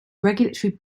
regulatory